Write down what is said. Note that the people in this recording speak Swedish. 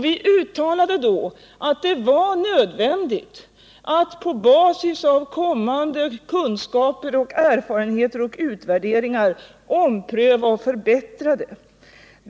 Vi uttalade då att det var nödvändigt att på basis av kommande kunskaper, erfarenheter och utvärderingar ompröva och förbättra det.